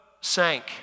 sank